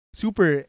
super